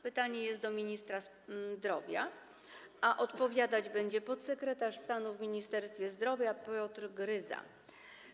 Pytanie skierowane jest do ministra zdrowia, a odpowiadać będzie podsekretarz stanu w Ministerstwie Zdrowia Piotr Gryza.